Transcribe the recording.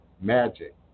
magic